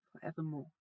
forevermore